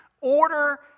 Order